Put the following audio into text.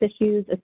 issues